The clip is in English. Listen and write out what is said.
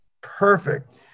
Perfect